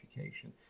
education